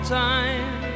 time